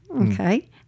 okay